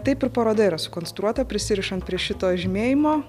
taip ir paroda yra sukonstruota prisirišant prie šito žymėjimo